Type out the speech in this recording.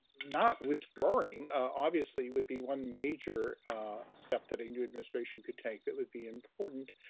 not withdrawing obviously would be one major step that a new administration could take that would be important.